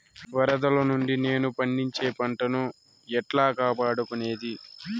వరదలు నుండి నేను పండించే పంట ను ఎట్లా కాపాడుకునేది?